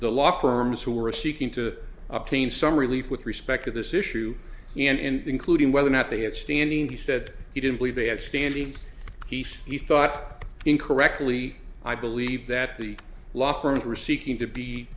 the law firms who are seeking to obtain some relief with respect to this issue and including whether or not they had standing he said he didn't believe they had standing he he thought incorrectly i believe that the law firms were seeking to be